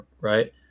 right